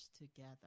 together